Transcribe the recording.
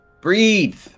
breathe